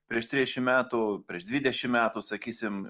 prieš trisdešim metų prieš dvidešim metų sakysim